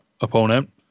opponent